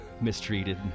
mistreated